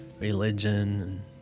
religion